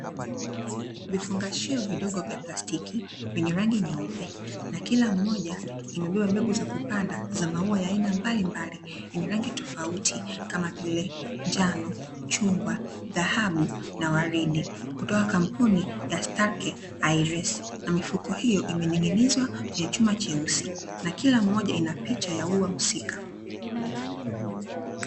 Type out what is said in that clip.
Vifungashio vidogo vya plastiki vyenye rangi nyeupe na kila mmoja imebeba mbegu za kupanda za maua mbalimbali yenye rangi tofauti kama vile njano, chungwa, dhahabu na walidi kutoka kampuni ya "Stake Highrace" na mifuko hio imeninginizwa kwenye chuma cheusi na kila moja ina picha ya ua husika.